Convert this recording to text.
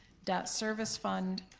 debt service fund,